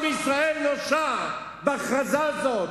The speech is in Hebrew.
עם ישראל נושע בהכרזה הזאת.